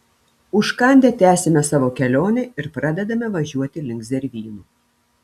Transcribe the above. užkandę tęsiame savo kelionę ir pradedame važiuoti link zervynų